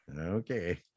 Okay